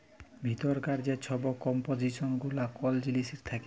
ভিতরকার যে ছব কম্পজিসল গুলা কল জিলিসের থ্যাকে